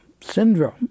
syndrome